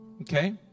Okay